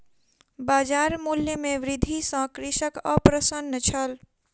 बजार मूल्य में वृद्धि सॅ कृषक अप्रसन्न छल